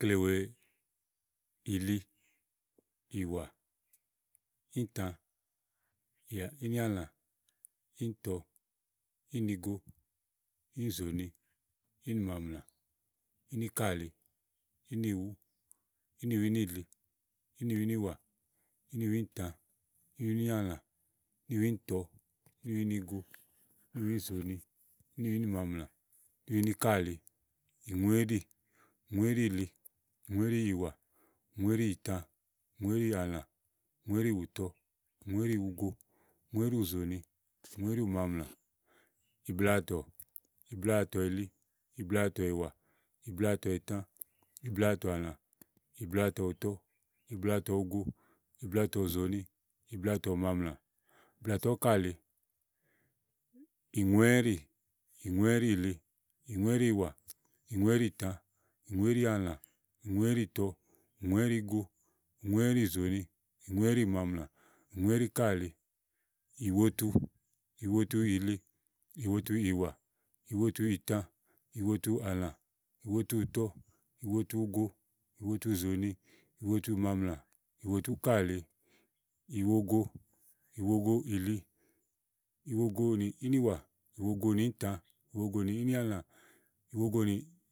iklewèe, ili, ìtã, àlã, ùtɔ, ugo, ùzòòni, ùmaamlà, úkàli, ɔ̀wú ɔ̀wúìli, ɔ̀wúìwà, ɔ̀wúìtã, ɔ̀wúàlã, ɔ̀wúùtɔ, ɔ̀wúugo, ɔ̀wúùzòòni, ɔ̀wúùmaamlà, ɔ̀wúúkàli, ìŋúéɖì, ìŋúéɖììli, ìŋúéɖììwà, ìŋúéɖììtã, ìŋúéɖìàlã, ìŋúéɖìùtɔ, ìŋúéɖìugo, ìŋúéɖìùzòòni, ìŋúéɖìùmaamlà, ìŋúéɖìúkàli, ìblatɔ, ìblatɔ̀ìli, ìblatɔ̀ìwà, ìblatɔ̀ìtã, ìblatɔ̀àlã, ìblatɔ̀ùtɔ, ìblatɔ̀ugo, ìblatɔ̀ùzòòni, ìblatɔ̀ùmaamlà, ìblatɔ̀úkàli, ìŋúɛ́ɖì, ìŋúɛ́ɖììli, ìŋúɛ́ɖììwà, ìŋúɛ́ɖììtã, ìŋúɛ́ɖìàlã, ìŋúɛ́ɖìùtɔ, ìŋúɛ́ɖìugo, ìŋúɛ́ɖìùzòòni, ìŋúɛ́ɖìùmaamlà, ìŋúɛ́ɖìúkàli, ìwotu, ìwotuìli, ìwotuìwà, ìwotuìtã, ìwotuàlã, ìwotuùtɔ, ìwotuugo, ìwotuùzòòni, ìwotuùmaamlà, ìwotuúkàli, ìwogo, ìwogoìli, ìwogo nì ínìwà ìwogo nì íìntã, ìwogonì ínìàlã, ìwogo nì.